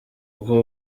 kuko